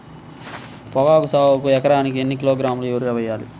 పొగాకు సాగుకు ఎకరానికి ఎన్ని కిలోగ్రాముల యూరియా వేయాలి?